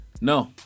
No